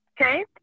Okay